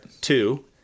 Two